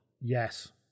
Yes